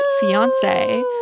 fiance